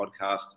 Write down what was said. podcast